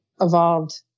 evolved